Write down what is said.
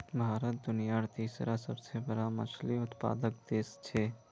भारत दुनियार तीसरा सबसे बड़ा मछली उत्पादक देश छे